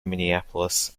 minneapolis